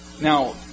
Now